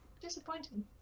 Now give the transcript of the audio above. Disappointing